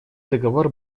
договор